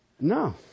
No